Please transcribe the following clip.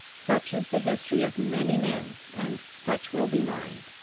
such is the history of many men, and such will be mine.